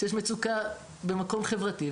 כשיש מצוקה במקום חברתי,